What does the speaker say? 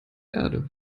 erde